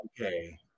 okay